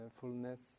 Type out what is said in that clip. fullness